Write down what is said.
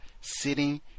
sitting